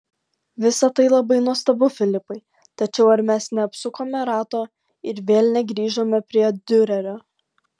visa tai labai nuostabu filipai tačiau ar mes neapsukome rato ir vėl negrįžome prie diurerio